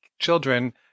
children